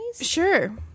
Sure